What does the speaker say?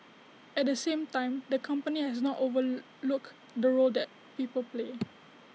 at the same time the company has not overlooked the role that people play